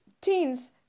teens